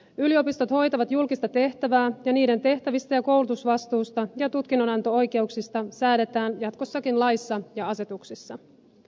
yliopistot hoitavat julkista tehtävää ja niiden tehtävistä ja koulutusvastuusta ja tutkinnonanto oikeuksista säädetään jatkossakin laissa ja asetuksissa